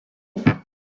phone